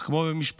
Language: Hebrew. אך כמו במשפחה,